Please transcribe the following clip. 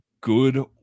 good